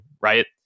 right